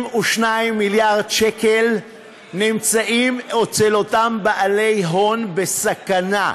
22 מיליארד שקל נמצאים אצל אותם בעלי הון, בסכנה.